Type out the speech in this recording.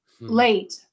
late